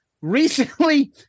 recently